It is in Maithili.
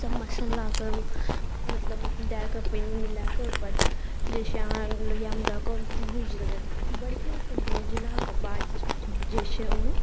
सब मसल्लाके मतलब दऽ कऽ पानिमे मिलाकऽ ओहिके बाद जे छै अहाँ लोहिआमे दऽ कऽ भुजि देबै बढ़िआँसँ भुजलाके बाद जे छै ओहिमे